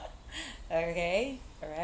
okay alright